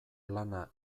lana